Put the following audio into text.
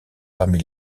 parmi